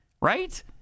right